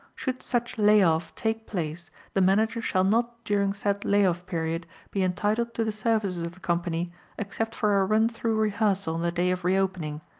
should such lay-off take place the manager shall not during said lay-off period be entitled to the services of the company except for a run-through rehearsal on the day of re-opening,